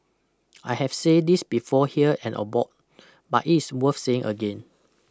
I have say this before here and abroad but it's worth saying again